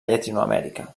llatinoamèrica